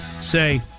say